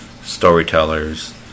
storytellers